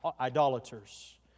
idolaters